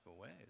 ways